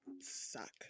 Suck